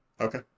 Okay